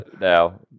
now